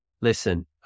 listen